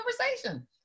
conversation